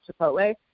Chipotle